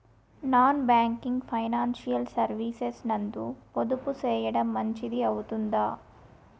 Non banking financial services నందు పొదుపు సేయడం మంచిది అవుతుందా?